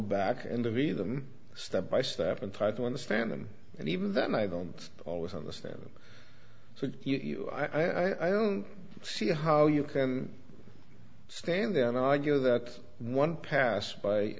back into the them step by step and try to understand them and even then i don't always understand them so you i don't see how you can stand there and argue that one pass by